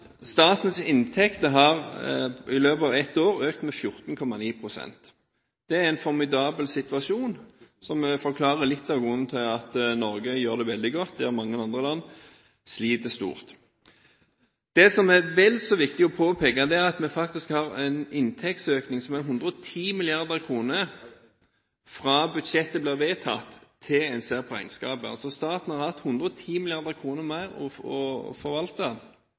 statens inntekter i løpet av et år har økt med 14,9 pst. Det er en formidabel situasjon, som forklarer litt av grunnen til at Norge gjør det veldig godt der andre land sliter stort. Det som er vel så viktig å påpeke, er at vi faktisk har en inntektsøkning på 110 mrd. kr fra budsjettet ble vedtatt, til en ser regnskapet. Altså: Staten har hatt 110 mrd. kr mer å forvalte